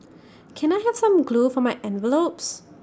can I have some glue for my envelopes